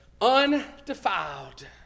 undefiled